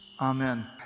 Amen